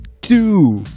two